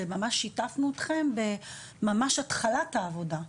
שיתפנו אתכם בממש רק התחלת העבודה.